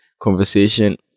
conversation